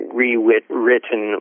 rewritten